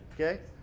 Okay